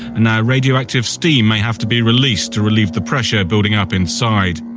and now radioactive steam may have to be released to relieve the pressure building up inside.